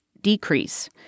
decrease